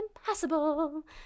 Impossible